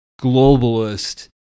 globalist